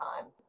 time